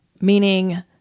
meaning